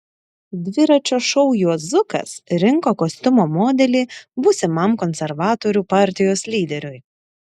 dviračio šou juozukas rinko kostiumo modelį būsimam konservatorių partijos lyderiui